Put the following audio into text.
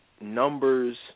Numbers